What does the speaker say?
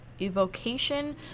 evocation